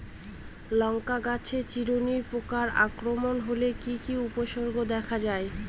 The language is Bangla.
লঙ্কা গাছের চিরুনি পোকার আক্রমণ হলে কি কি উপসর্গ দেখা যায়?